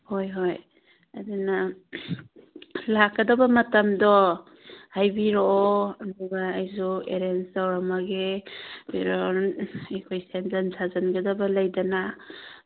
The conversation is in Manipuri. ꯍꯣꯏ ꯍꯣꯏ ꯑꯗꯨꯅ ꯂꯥꯛꯀꯗꯕ ꯃꯇꯝꯗꯣ ꯍꯥꯏꯕꯤꯔꯛꯑꯣ ꯑꯗꯨꯒ ꯑꯩꯁꯨ ꯑꯦꯔꯦꯟꯖ ꯇꯧꯔꯝꯃꯒꯦ ꯑꯩꯈꯣꯏ ꯁꯦꯝꯖꯤꯟ ꯁꯥꯖꯤꯟꯒꯗꯕ ꯂꯩꯗꯅ